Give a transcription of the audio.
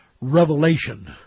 revelation